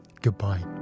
goodbye